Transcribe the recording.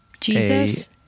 Jesus